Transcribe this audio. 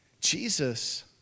Jesus